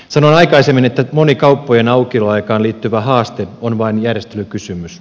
sanoin aikaisemmin että moni kauppojen aukioloaikaan liittyvä haaste on vain järjestelykysymys